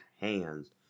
hands